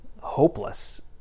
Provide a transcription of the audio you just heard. hopeless